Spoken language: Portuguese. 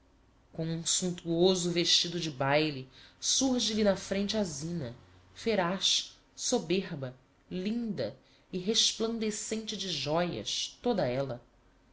um sumptuoso vestido de baile surge lhe na frente a zina feraz soberba linda e resplandecente de joias toda ella